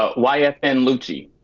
ah yfn lucci.